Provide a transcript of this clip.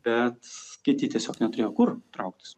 bet kiti tiesiog neturėjo kur trauktis